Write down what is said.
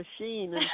machine